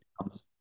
comes